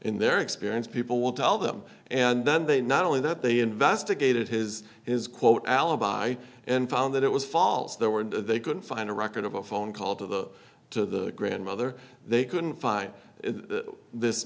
in their experience people will tell them and then they not only that they investigated his is quote alibi and found that it was false there were and they couldn't find a record of a phone call to the to the grandmother they couldn't find this